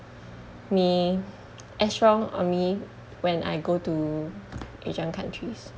me as strong on me when I go to asian countries